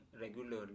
regularly